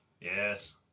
yes